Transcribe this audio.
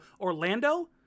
Orlando